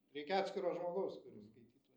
reikia atskiro žmogaus kuris skaitytų